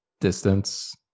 distance